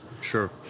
Sure